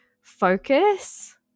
focus